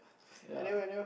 ya